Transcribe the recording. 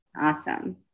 Awesome